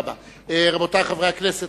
רבותי חברי הכנסת,